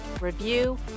review